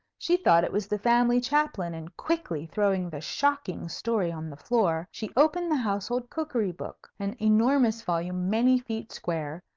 she thought it was the family chaplain, and, quickly throwing the shocking story on the floor, she opened the household cookery-book an enormous volume many feet square,